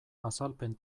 azalpen